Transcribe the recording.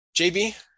JB